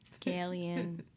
scallion